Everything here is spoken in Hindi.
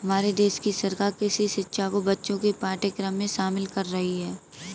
हमारे देश की सरकार कृषि शिक्षा को बच्चों के पाठ्यक्रम में शामिल कर रही है